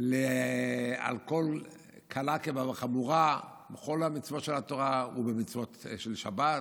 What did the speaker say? על כל קלה כבחמורה בכל המצוות של התורה ובמצוות של שבת,